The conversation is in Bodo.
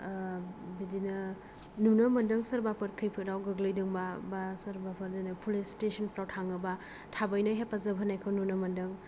बिदिनो नुनो मोनदों सोरबाफोर खैफोदाव गोग्लैदोंबा बा सोरबाफोर जेने फुलिस स्थेसनफ्राव थाङोबा थाबैनो हेफाजाब होनायखौ नुनो मोनदों